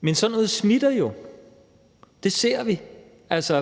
Men sådan noget smitter jo. Det ser vi. Altså,